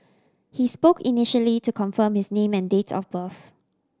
he spoke initially to confirm his name and date of birth